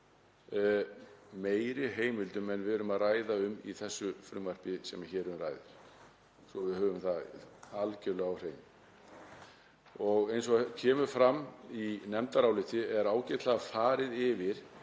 meiri heimildum en við erum að ræða um í því frumvarpi sem hér um ræðir, svo að við höfum það algerlega á hreinu. Eins og kemur fram í nefndarálitinu er ágætlega farið yfir